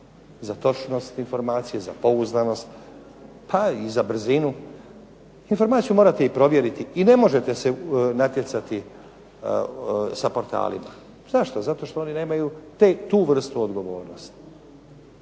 za točnost informacija, za pouzdanost, pa i za brzinu. Informaciju morate i provjeriti i ne možete se natjecati sa portalima. Zašto? Zato što oni nemaju tu vrstu odgovornosti.